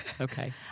Okay